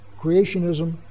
creationism